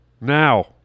Now